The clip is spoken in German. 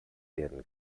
werden